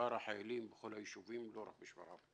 לשאר החיילים בכל היישובים, לא רק בשפרעם.